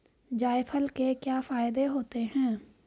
जायफल के क्या फायदे होते हैं?